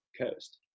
coast